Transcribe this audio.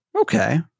Okay